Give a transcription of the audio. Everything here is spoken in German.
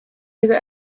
ihre